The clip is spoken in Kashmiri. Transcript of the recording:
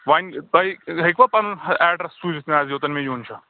وۄنۍ تۄہہِ ہیٚکوا پَنُن ہَہ ایڈرَس سوزِتھ مےٚ حظ یوٚتَن مےٚ یُن چھُ